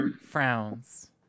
frowns